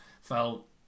felt